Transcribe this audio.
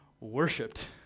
worshipped